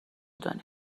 دنیا